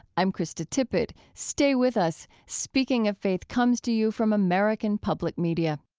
i'm krista tippett. stay with us. speaking of faith comes to you from american public media